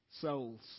Souls